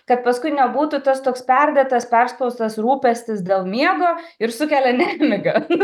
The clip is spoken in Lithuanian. kad paskui nebūtų tas toks perdėtas perspaustas rūpestis dėl miego ir sukelia nemigą